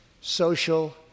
social